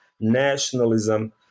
nationalism